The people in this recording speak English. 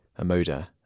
Amoda